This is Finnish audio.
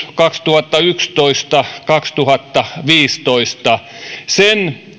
kaksituhattayksitoista viiva kaksituhattaviisitoista